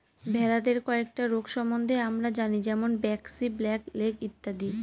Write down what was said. ভেড়াদের কয়েকটা রোগ সম্বন্ধে আমরা জানি যেমন ব্র্যাক্সি, ব্ল্যাক লেগ ইত্যাদি